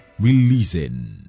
releasing